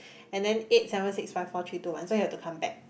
and then eight seven six five four three two one so you have to come back